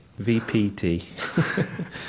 VPT